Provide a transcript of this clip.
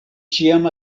ĉiam